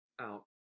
out